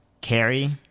carry